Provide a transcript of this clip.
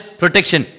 protection